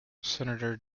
senator